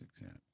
exam